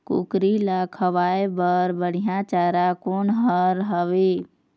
कुकरी ला खवाए बर बढीया चारा कोन हर हावे?